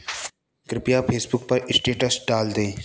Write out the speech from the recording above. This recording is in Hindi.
कृपया फेसबुक पर स्टेटस डाल दें